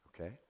Okay